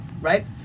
right